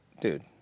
dude